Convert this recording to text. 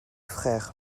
frères